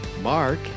mark